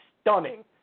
stunning